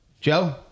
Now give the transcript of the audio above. Joe